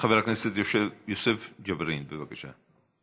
חבר הכנסת יוסף ג'בארין, בבקשה.